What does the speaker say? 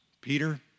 Peter